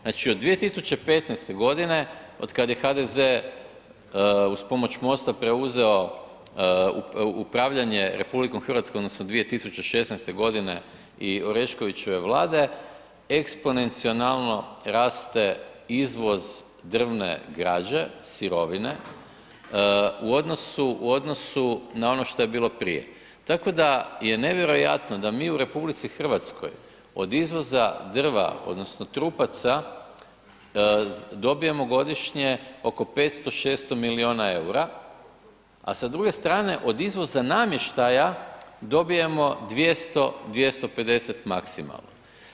Znači od 2015. g. otkad je HDZ uz pomoć MOST-a preuzeo upravljanje RH odnosno 2016. g. i Oreškovićeve Vlade, eksponencionalno raste izvoz drvne građe, sirovine u odnosu na ono što je bilo prije tako da je nevjerojatno da mi u RH od izvoza drva odnosno trupaca dobivamo godišnje oko 500, 600 milijuna eura a sa druge strane od izvoza namještaja dobijemo 200, 250 maksimalno.